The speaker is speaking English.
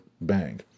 bang